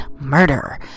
murder